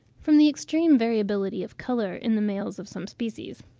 from the extreme variability of colour in the male of some species,